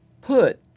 put